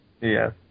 Yes